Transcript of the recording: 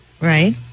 Right